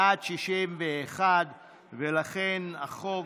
בעד, 61. לכן, החוק